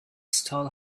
stall